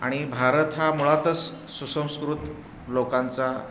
आणि भारत हा मुळातच सुसंस्कृत लोकांचा